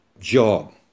job